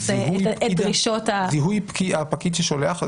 זיהוי הפקיד ששולח.